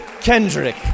Kendrick